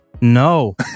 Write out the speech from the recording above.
No